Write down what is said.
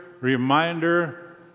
reminder